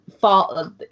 fall